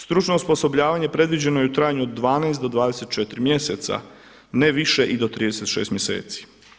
Stručno osposobljavanje predviđeno je u trajanju od 12 do 24 mjeseca, ne više i do 36 mjeseci.